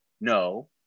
No